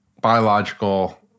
biological